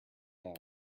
down